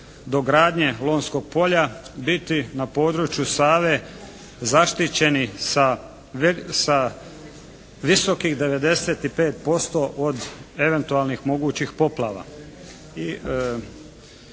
dogradnje Lonjskog polja biti na području Save zaštićeni sa visokih 95% od eventualnih mogućih poplava.